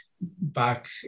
back